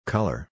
Color